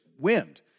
wind